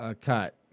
cut